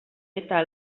eta